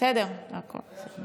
4 7, כהצעת